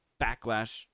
backlash